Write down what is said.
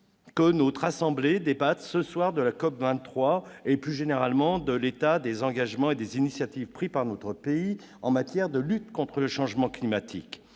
que notre assemblée débatte ce soir de la COP23 et, plus généralement, de l'état des engagements et des initiatives pris par notre pays en matière de lutte contre le changement climatique